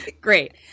Great